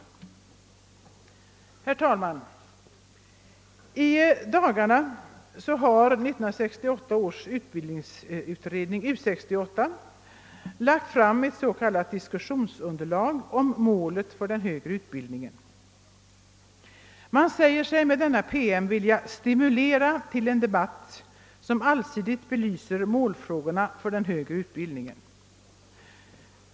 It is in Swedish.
Herr talman! I dagarna har 1968 års utbildningsutredning, U 68, lagt fram ett s.k. diskussionsunderlag om målen för den högre utbildningen. Man säger sig i denna PM vilja stimulera till en debatt som allsidigt belyser målfrågorna för den högre utbildningen.